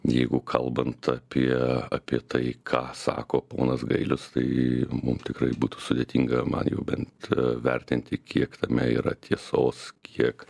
jeigu kalbant apie apie tai ką sako ponas gailius tai mum tikrai būtų sudėtinga man jau bent vertinti kiek tame yra tiesos kiek